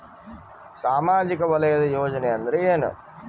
ಸಾಮಾಜಿಕ ವಲಯದ ಯೋಜನೆ ಅಂದ್ರ ಏನ?